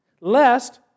lest